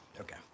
okay